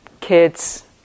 kids